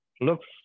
looks